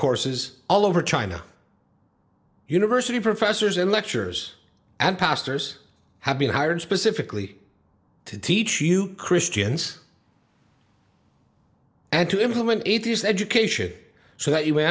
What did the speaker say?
courses all over china university professors and lectures and pastors have been hired specifically to teach you christians and to implement atheist education so that you